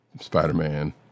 Spider-Man